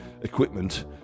equipment